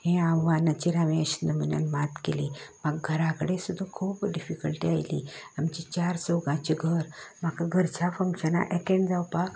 हें आव्हानाचेर हांवें अशें नमुन्यान मात केली म्हाक घरा कडे सुद्दां खूब डिफिकल्टी आयली आमचें चार चौगाचें घर म्हाका घरच्या फंक्शना एटॅण जावपाक